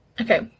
Okay